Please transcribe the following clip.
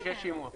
יש שימוע.